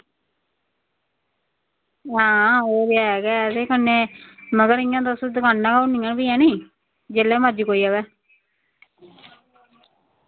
हां ओह् ते ऐ गै कन्नै मगर इ'यां तुस दकानां उप्पर गै होनियां ऐ नी जेल्लै मर्जी कोई आवै